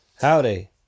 Howdy